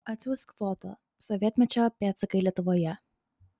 atsiųsk foto sovietmečio pėdsakai lietuvoje